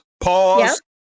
pause